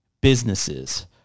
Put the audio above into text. businesses